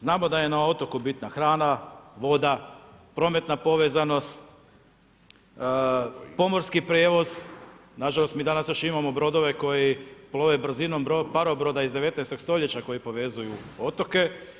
Znamo da je na otoku bitna hrana, voda, prometna povezanost, pomorski prijevoz, nažalost mi danas još imamo brodove koji plove brzinom parobroda iz 19. stoljeća koji povezuju otoke.